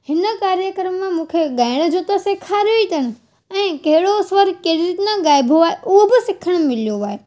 हिन कार्यक्रम मां मूंखे ॻाइण जो त सेखारियो ई अथनि ऐं कहिड़ो स्वर कहिड़ी रीति न ॻाइबो आहे उहो बि सिखणु मिलियो आहे